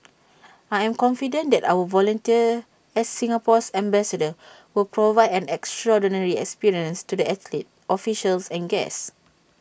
I am confident that our volunteers as Singapore's ambassadors will provide an extraordinary experience to the athletes officials and guests